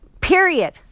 Period